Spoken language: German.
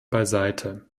beiseite